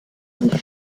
die